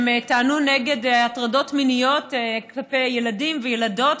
הן טענו נגד הטרדות מיניות כלפי ילדים וילדות,